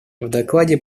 докладе